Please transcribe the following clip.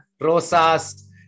Rosas